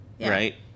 right